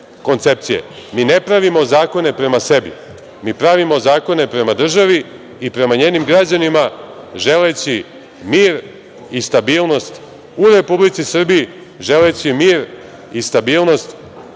Mi ne pravimo zakone prema sebi. Mi pravimo zakone prema državi i prema njenim građanima, želeći mir i stabilnost u Republici Srbiji, želeći mir i stabilnost i